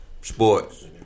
sports